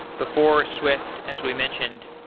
before swift, as we mentioned,